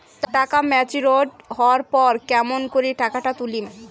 টাকা ম্যাচিওরড হবার পর কেমন করি টাকাটা তুলিম?